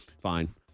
Fine